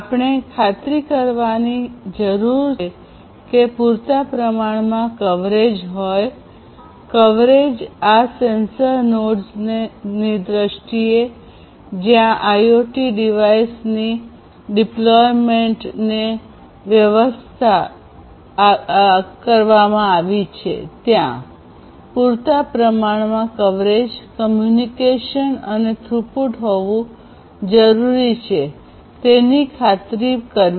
આપણે ખાતરી કરવાની જરૂર છે કે પૂરતા પ્રમાણમાં કવરેજ હોય છે કવરેજ આ સેન્સર નોડ્સની દ્રષ્ટિએ જ્યાં આઇઓટી ડિવાઇસની ડિપ્લોયમેન્ટ ને વ્યવસ્થાગોઠવણજમાવવામાં આવ્યા છે ત્યાં પૂરતા પ્રમાણમાં કવરેજ કમ્યુનિકેશન અને થ્રુપુટ હોવું જરૂરી છે તેની ખાતરી કરવી